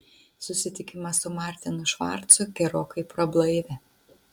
susitikimas su martinu švarcu gerokai prablaivė